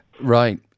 Right